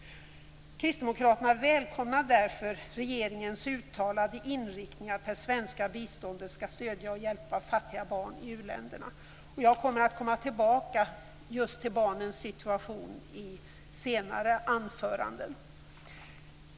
Kristdemokraterna välkomnar därför regeringens uttalade inriktning att det svenska biståndet skall stödja och hjälpa fattiga barn i u-länderna. Jag kommer tillbaka just till barnens situation i senare anföranden.